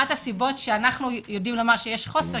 אחד הדברים שייאמר לשבחו של יושב-ראש המפלגה שלך,